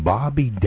Bobby